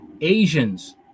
Asians